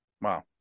Wow